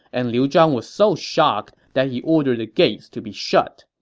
and liu zhang was so shocked that he ordered the gates to be shut.